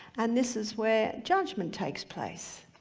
and this is where judgment takes place.